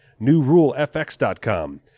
NewRuleFX.com